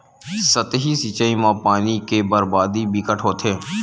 सतही सिचई म पानी के बरबादी बिकट होथे